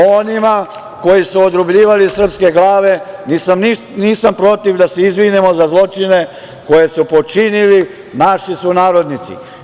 Onima koji su odrubljivali srpske glave, nisam protiv da se izvinemo za zločine koje su počinili naši sunarodnici.